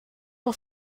for